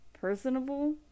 personable